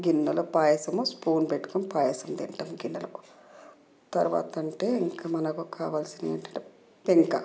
గిన్నెలో పాయసం స్పూన్ పెట్టుకొని పాయసం తింటాం గిన్నెలో తర్వాత అంటే ఇంకా మనకు కావాల్సినవి పెంక